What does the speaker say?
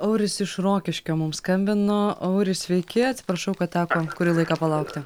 auris iš rokiškio mums skambino auri sveiki atsiprašau kad teko kurį laiką palaukti